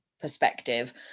perspective